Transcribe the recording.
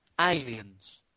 Aliens